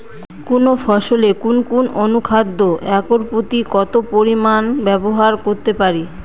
কোন ফসলে কোন কোন অনুখাদ্য একর প্রতি কত পরিমান ব্যবহার করতে পারি?